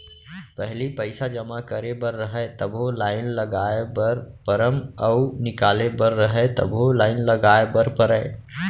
पहिली पइसा जमा करे बर रहय तभो लाइन लगाय बर परम अउ निकाले बर रहय तभो लाइन लगाय बर परय